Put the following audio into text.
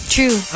True